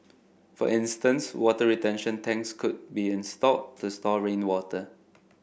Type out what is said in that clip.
for instance water retention tanks could be installed to store rainwater